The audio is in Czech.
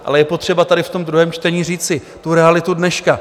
Ale je potřeba tady ve druhém čtení říci realitu dneška.